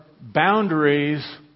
boundaries